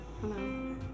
hello